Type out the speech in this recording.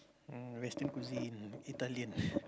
mm Western cuisine Italian